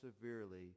severely